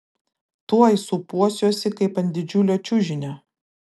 tuoj sūpuosiuosi kaip ant didžiulio čiužinio